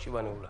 הישיבה נעולה.